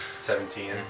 Seventeen